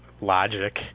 logic